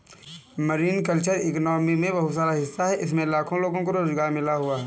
marine culture economy में बहुत बड़ा हिस्सा है इससे लाखों लोगों को रोज़गार मिल हुआ है